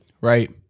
Right